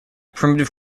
primitive